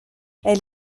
elle